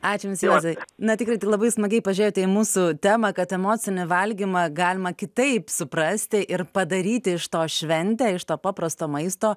ačiū jums juozai na tikrai tai labai smagiai pažiūrėjote į mūsų temą kad emocinį valgymą galima kitaip suprasti ir padaryti iš to šventę iš to paprasto maisto